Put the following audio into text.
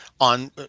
On